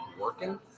working